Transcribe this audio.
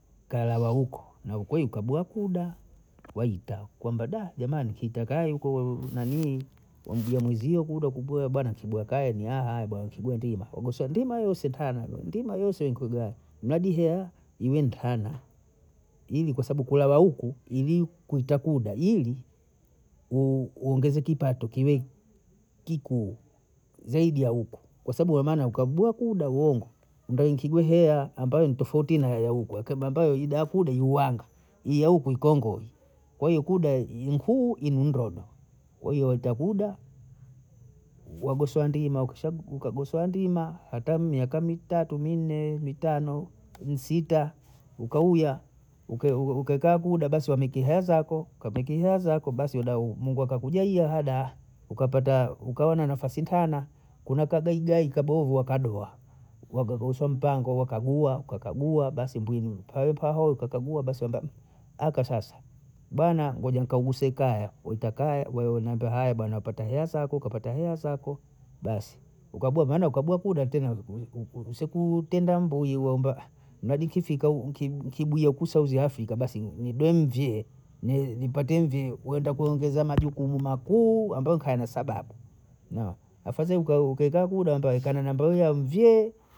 Kawa wa huko na huko ukabwa kuda waita kwamba jamani kitakae uko nanii mwambie mwenzio kuda kubweha bwana kubweha kaya ni ahaaha bana kigwa ndima ugosowe ndima yoyose tana, ndima yoyose nkujaa mladi hea iwe ntana, ili kwa sabu kula wa huku ili kuitakuda, ili uongeze kipato kiwe kikuu zaidi ya huko kwa sabu waonana uka bloku dau wongo mbenkigu hea ambayo ni tofauti na ya huku, kini ambayo idakuda iwanga hii ya huku ikongo hii, kwa hiyo kuda hii nkuu hii ndogo kwa hiyo waitakuda wagoswa ndima ukisha ukagoswa ndima hata miaka mitatu minne mitano misita ukauya uka ukakaa kuda basi wameki hea zako, kameki hea zako basi wedau Mungu akakujayia hada ukapata ukaona nafasi ntana kuna kagayi gayi kabovu akadoa, wakakausha mtango wakagua kakagua basi mbwini pahopaho wakagua basi wamba haka sasa bana ngoja nikauguse ikaya waita kaya waonambia haya bana pata hea zako kapata hea zako, basi ukambiwa mwana ukabuha kuda tena usiku tenda mbui waomba mladi kifika kibuye ku sauzi afrika basi ubeinvye ne npate nvye wenda kuongezea majukumu makuu ambayo khana sababu naona, afadhali uka ukaeekau udambwai kana na mbwai yanvyee